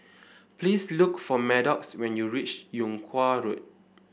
please look for Maddox when you reach Yung Kuang Road